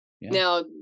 Now